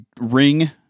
ring